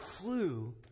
clue